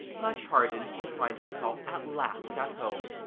much heartened to find himself at last at home,